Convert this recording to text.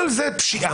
כל זה פשיעה,